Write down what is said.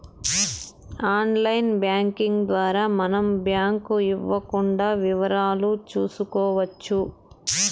online banking ద్వారా మనం bank ఇవ్వకుండా వివరాలు చూసుకోవచ్చు